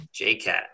JCAT